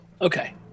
okay